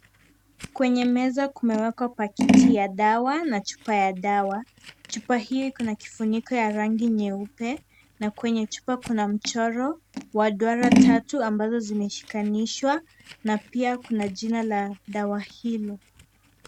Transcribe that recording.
Kwenye meza kumewekwa chupa ya dawa, na pakiti ya dawa, chupa hii iko na kifuniko ya rangi nyeupe, na kwenye chupa kuna mchoro wa duara tatu, ambazo zimeshikanishwa, na pia kuna jina la dawa hilo.